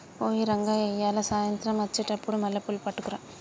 ఓయ్ రంగయ్య ఇయ్యాల సాయంత్రం అచ్చెటప్పుడు మల్లెపూలు పట్టుకరా